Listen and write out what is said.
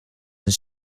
een